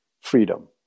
freedom